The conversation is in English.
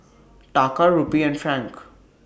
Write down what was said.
Taka Rupee and Franc